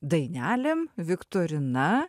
dainelėm viktorina